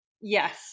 yes